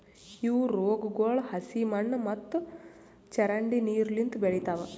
ಇವು ರೋಗಗೊಳ್ ಹಸಿ ಮಣ್ಣು ಮತ್ತ ಚರಂಡಿ ನೀರು ಲಿಂತ್ ಬೆಳಿತಾವ್